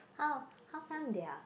how how come they are